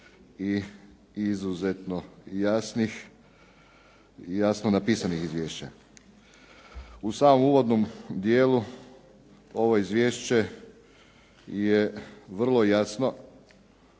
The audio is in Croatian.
i izuzetno jasnih, jasno napisanih izvješća. U samom uvodnom dijelu, ovo izvješće je vrlo jasno